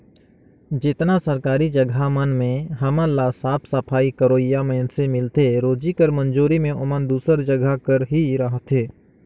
जेतना सरकारी जगहा मन में हमन ल साफ सफई करोइया मइनसे मिलथें रोजी कर मंजूरी में ओमन दूसर जगहा कर ही रहथें